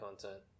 content